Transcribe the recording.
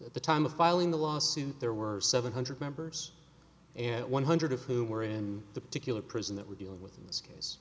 at the time of filing the lawsuit there were seven hundred members and one hundred who were in the particular prison that we're dealing with in this case